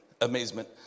amazement